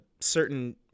certain